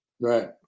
Right